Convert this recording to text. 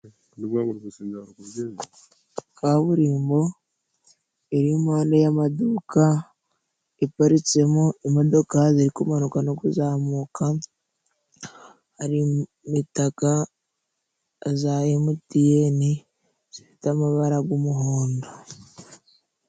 Kaburimbo iri impande y'amaduka, iparitsemo imodoka ziri kumanuka no kuzamuka, hari imitaka za emutiyeni, zifite amabara gw'umuhondo.